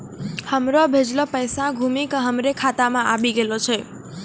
हमरो भेजलो पैसा घुमि के हमरे खाता मे आबि गेलो छै